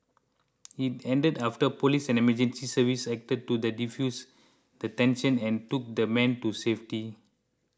it ended after police and emergency services acted to the defuse the tension and took the man to safety